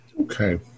Okay